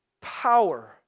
power